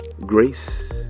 Grace